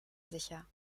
sicher